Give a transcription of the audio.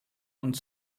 und